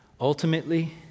Ultimately